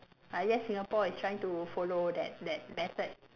I guess Singapore is trying to follow that that method